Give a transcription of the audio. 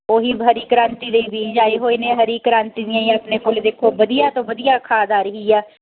ਉਹੀ ਹਰੀ ਕ੍ਰਾਂਤੀ ਦੇ ਬੀਜ ਆਏ ਹੋਏ ਨੇ ਹਰੀ ਕ੍ਰਾਂਤੀ ਦੀਆਂ ਹੀ ਆਪਣੇ ਕੋਲ ਦੇਖੋ ਵਧੀਆ ਤੋਂ ਵਧੀਆ ਖਾਦ ਆ ਰਹੀ ਆ